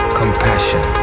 compassion